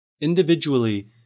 individually